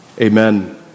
Amen